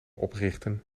oprichten